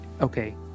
okay